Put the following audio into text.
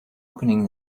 opening